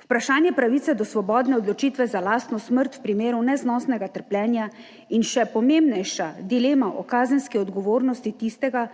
vprašanje pravice do svobodne odločitve za lastno smrt v primeru neznosnega trpljenja in še pomembnejša dilema o kazenski odgovornosti tistega,